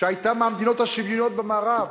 שהיתה מהמדינות השוויוניות במערב,